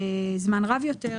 נזכיר